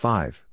Five